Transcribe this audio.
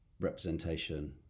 representation